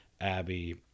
Abby